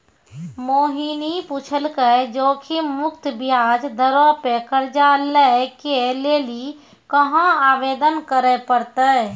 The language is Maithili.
मोहिनी पुछलकै जोखिम मुक्त ब्याज दरो पे कर्जा लै के लेली कहाँ आवेदन करे पड़तै?